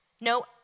No